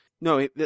no